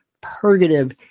purgative